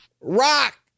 Rock